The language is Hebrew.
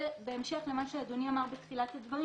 זה בהמשך למה שאדוני אמר בתחילת הדברים